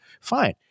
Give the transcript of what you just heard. Fine